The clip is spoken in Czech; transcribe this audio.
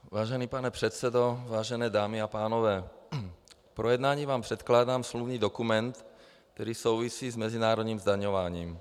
Vážený pane předsedo, vážené dámy a pánové, k projednání vám předkládám smluvní dokument, který souvisí s mezinárodním zdaňováním.